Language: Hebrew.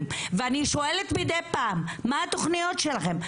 ואני שואלת מידי פעם מה התוכניות שלכם,